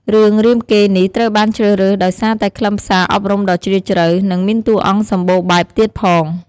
រឿងរាមកេរ្តិ៍នេះត្រូវបានជ្រើសរើសដោយសារតែខ្លឹមសារអប់រំដ៏ជ្រាលជ្រៅ និងមានតួអង្គសម្បូរបែបទៀតផង។